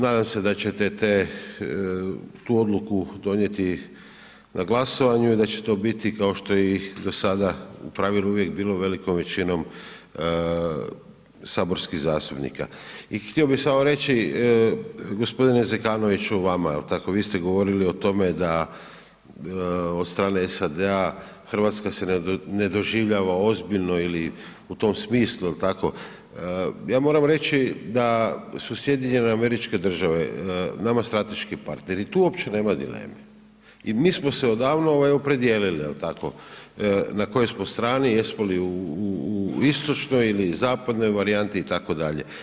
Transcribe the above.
Nadam se da ćete tu odluku donijeti na glasovanje i da će to biti kao što je do sada u pravilu uvijek bilo velikom većinom saborskih zastupnika i htio bi samo reći g. Zekanoviću vama, jel' tako, vi ste govorili o tome da od strane SAD-a Hrvatska se ne doživljava ozbiljno ili u tom smislu, jel' tako, ja moram reći da su SAD nama strateški partner i tu uopće nema dileme i mi smo se odavno opredijelili, jel' tako, na kojoj smo strani, jesmo li u istočnoj ili zapadnoj varijanti itd.